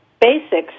basics